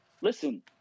Listen